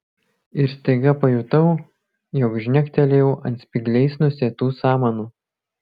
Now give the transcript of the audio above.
ir staiga pajutau jog žnektelėjau ant spygliais nusėtų samanų